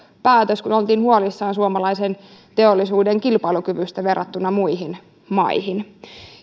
päätös kun oltiin huolissaan suomalaisen teollisuuden kilpailukyvystä verrattuna muihin maihin